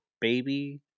baby